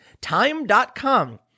time.com